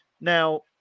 Now